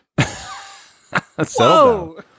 whoa